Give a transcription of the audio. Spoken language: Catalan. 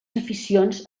aficions